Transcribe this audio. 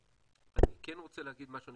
אני כן רוצה להגיד משהו,